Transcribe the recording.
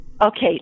Okay